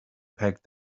packed